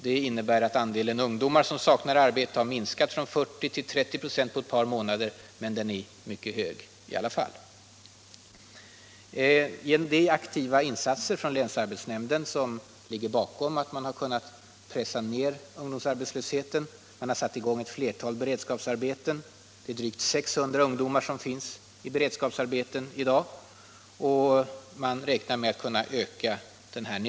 Det innebär att andelen ungdomar som saknar arbete har minskat från 40 till 30 26 på ett par månader —- men den är fortfarande mycket hög. Det är bl.a. de aktiva insatserna av länsarbetsnämnden som gjort det möjligt att pressa ned ungdomsarbetslösheten. Man:har t.ex. satt i gång ett flertal beredskapsarbeten. Det finns drygt 600 ungdomar i beredskapsarbeten i dag, och man räknar med att kunna öka det antalet.